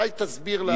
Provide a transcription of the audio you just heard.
אולי תסביר.